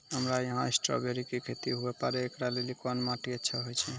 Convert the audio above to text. हमरा यहाँ स्ट्राबेरी के खेती हुए पारे, इकरा लेली कोन माटी अच्छा होय छै?